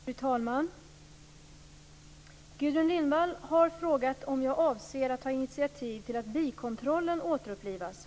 Fru talman! Gudrun Lindvall har frågat om jag avser att ta initiativ till att bikontrollen återupplivas.